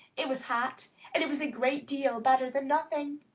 it was hot and it was a great deal better than nothing.